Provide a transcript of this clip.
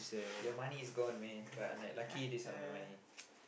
your money is gone man but I'm like lucky this not my money